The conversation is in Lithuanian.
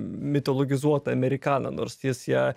mitologizuota amerikana nors jis ją